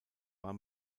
war